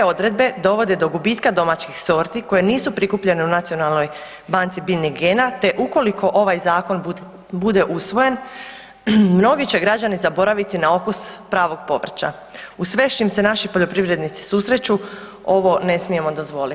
Ove odredbe dovode do gubitka domaćih sorti koje nisu prikupljene u nacionalnoj banci biljnih gena te ukoliko ovaj zakon bude usvojen mnogi će građani zaboraviti na okus pravog povrća uz sve s čim se naši poljoprivrednici susreću ovo ne smijemo dozvoliti.